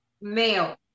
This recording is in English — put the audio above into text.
male